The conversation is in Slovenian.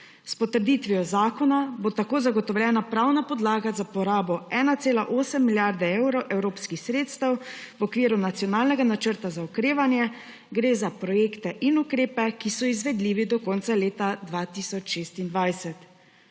S potrditvijo zakona bo tako zagotovljena pravna podlaga za porabo 1,8 milijarde evrov evropskih sredstev v okviru Nacionalnega načrta za okrevanje. Gre za projekte in ukrepe, ki so izvedljivi do konca leta 2026.